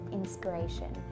inspiration